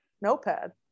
Notepad